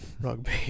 rugby